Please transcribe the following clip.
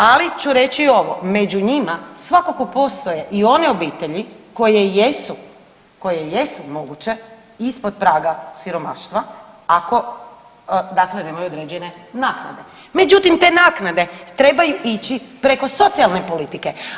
Ali ću reći i ovo, među njima svakako postoje i one obitelji koje jesu, koje jesu moguće ispod praga siromaštva ako dakle nemaju određene naknade, međutim te naknade trebaju ići preko socijalne politike.